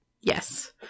yes